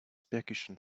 percussion